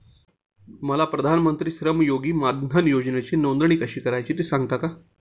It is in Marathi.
मला प्रधानमंत्री श्रमयोगी मानधन योजनेसाठी नोंदणी कशी करायची ते सांगता का?